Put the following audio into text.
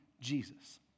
Jesus